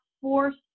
force